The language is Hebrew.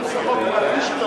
חוק פרטי,